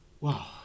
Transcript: Wow